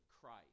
Christ